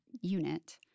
unit